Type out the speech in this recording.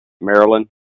Maryland